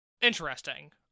Interesting